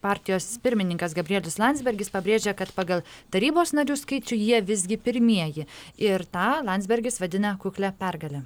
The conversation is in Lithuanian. partijos pirmininkas gabrielius landsbergis pabrėžia kad pagal tarybos narių skaičių jie visgi pirmieji ir tą landsbergis vadina kuklia pergale